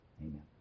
Amen